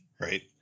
Right